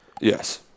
Yes